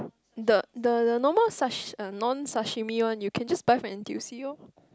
the the the normal sash~ non sashimi one you can just buy from N_T_U_C loh